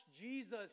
Jesus